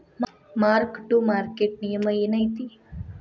mark to market ನಿಯಮ ಏನೈತಿ